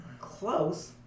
Close